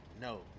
no